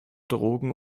drogen